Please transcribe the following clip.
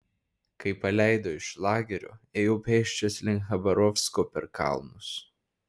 kai paleido iš lagerio ėjau pėsčias link chabarovsko per kalnus